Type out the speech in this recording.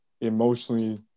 emotionally